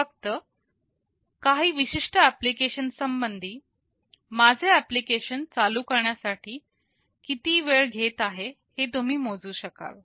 फक्त काही विशिष्ट ऍप्लिकेशन संबंधी माझे ऍप्लिकेशन चालू करण्यासाठी किती वेळ घेत आहे हे तुम्ही मोजू शकाल